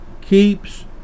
keeps